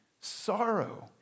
sorrow